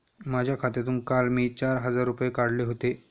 माझ्या खात्यातून काल मी चार हजार रुपये काढले होते